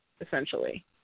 essentially